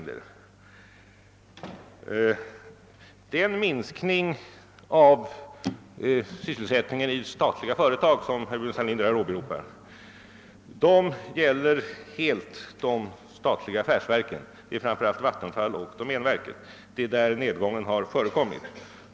Den minskning i antalet anställda vid de statliga företagen, som herr Burenstam Linder åberopade, gäller helt de statliga affärsverken, framför allt Vattenfall och domänverket. Det är där den största nedgången har förekommit.